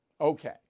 okay